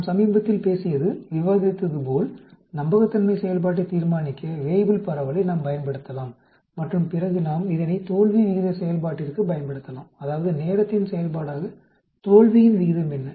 நாம் சமீபத்தில் பேசியது விவாதித்தது போல நம்பகத்தன்மை செயல்பாட்டை தீர்மானிக்க வேய்புல் பரவலை நாம் பயன்படுத்தலாம் மற்றும் பிறகு நாம் இதனை தோல்வி விகித செயல்பாட்டிற்கு பயன்படுத்தலாம் அதாவது நேரத்தின் செயல்பாடாக தோல்வியின் விகிதம் என்ன